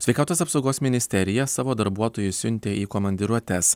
sveikatos apsaugos ministerija savo darbuotojus siuntė į komandiruotes